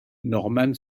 norman